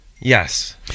yes